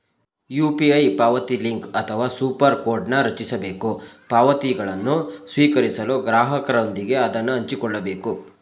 UPI ಪಾವತಿಲಿಂಕ್ ಅಥವಾ super ಕೋಡ್ನ್ ರಚಿಸಬೇಕು ಪಾವತಿಗಳನ್ನು ಸ್ವೀಕರಿಸಲು ಗ್ರಾಹಕರೊಂದಿಗೆ ಅದನ್ನ ಹಂಚಿಕೊಳ್ಳಬೇಕು